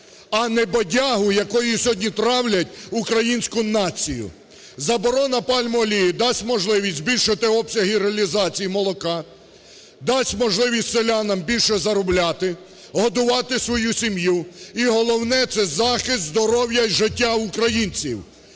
а не бодягу, якою сьогодні травлять українську націю. Заборона пальмової олії дасть можливість збільшити обсяги реалізації молока, дасть можливість селянам більше заробляти, годувати свою сім'ю. І головне – це захист здоров'я і життя українців.